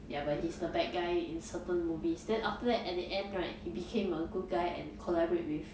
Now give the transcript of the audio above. ya but he's the bad guy in certain movies then after that at the end right he became a good guy and collaborate with